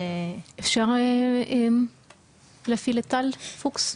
אפשר להפעיל את טל פוקס?